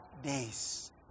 days